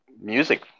music